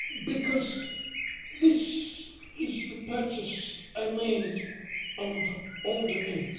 because this is the purchase i made on alderney.